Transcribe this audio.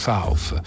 South